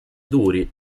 duri